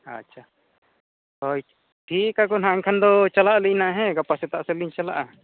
ᱟᱪᱪᱷᱟ ᱦᱳᱭ ᱴᱷᱤᱠᱟᱠᱚ ᱮᱱᱠᱷᱟᱱᱫᱚ ᱪᱟᱞᱟᱜ ᱟᱞᱤᱧ ᱱᱟᱦᱟᱜ ᱦᱮᱸ ᱜᱟᱯᱟ ᱥᱮᱛᱟᱜ ᱥᱮᱫᱞᱤᱧ ᱪᱟᱞᱟᱜᱼᱟ